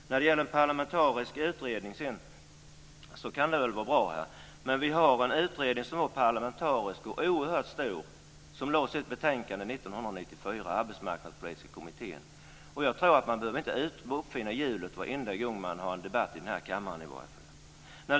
När det sedan gäller en parlamentarisk utredning kan det väl vara bra, men vi har en utredning som var parlamentarisk och oerhört stor som lade fram sitt betänkande 1994, nämligen Arbetsmarknadspolitiska kommittén. Jag tror inte att man behöver uppfinna hjulet varenda gång man har en debatt i den här kammaren i varje fall.